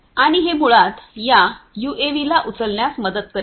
आणि हे मुळात या यूएव्हीला उचलण्यास मदत करेल